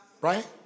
Right